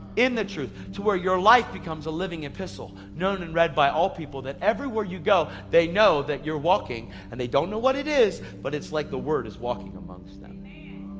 in the truth, to where your life becomes a living epistle, known and read by all people that everywhere you go they know that you're walking, and they don't know what it is, but it's like the word is walking amongst and them.